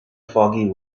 foggy